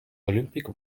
olympic